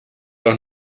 auch